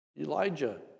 Elijah